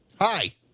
Hi